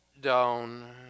down